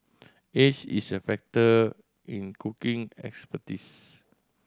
age is a factor in cooking expertise